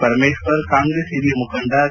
ಪರಮೇಶ್ವರ್ ಕಾಂಗ್ರೆಸ್ ಓರಿಯ ಮುಖಂಡ ಸಿ